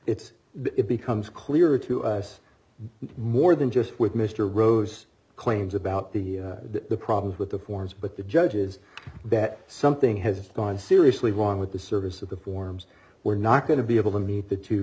where it becomes clear to us more than just with mr rose claims about the problems with the forms but the judge is that something has gone seriously wrong with the service of the forms we're not going to be able to meet the two